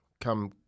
come